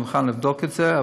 אני מוכן לבדוק את זה,